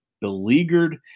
beleaguered